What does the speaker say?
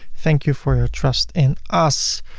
thank you for your trust in us.